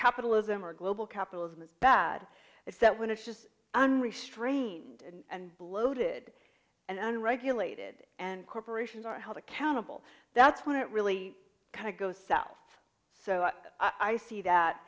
capitalism or global capitalism is bad it's that when it's just unrestrained and bloated and unregulated and corporations are held accountable that's when it really kind of goes south so i see that